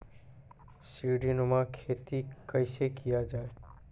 सीडीनुमा खेती कैसे किया जाय?